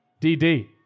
dd